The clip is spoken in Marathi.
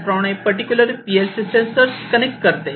त्याचप्रमाणे पर्टिक्युलर PLC सेन्सर्स कनेक्ट करते